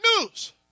news